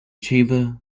chamber